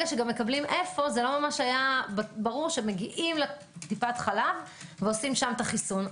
היה ברור שמגיעים לטיפת חלב ועושים שם את החיסון.